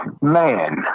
man